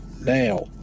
now